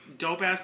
Dope-ass